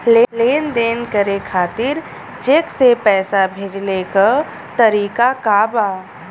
लेन देन करे खातिर चेंक से पैसा भेजेले क तरीकाका बा?